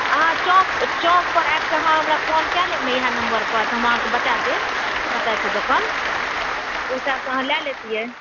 अहाँ चौक पर चौक पर आबि कऽ अहाँ फोन कऽ लेब ने एह नम्बर पर तऽ हम अहाँके बता देब कतए छै दुकान ऊँचा तऽ अहाँ लए लेतियै